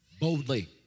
Boldly